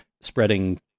spreading